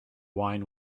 wine